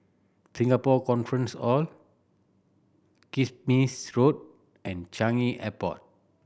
Singapore Conference Hall Kismis Road and Changi Airport